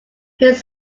his